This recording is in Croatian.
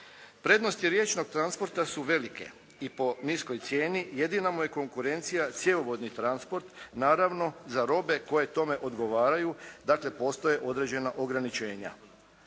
Prednosti riječnog transporta su velike i po niskoj cijeni, jedina mu je konkurencija cjevovodni transport, naravno za robe koje tome odgovaraju, dakle postoje određena ograničenja.